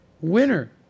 Winner